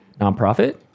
nonprofit